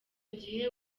gihe